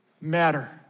matter